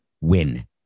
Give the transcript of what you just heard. win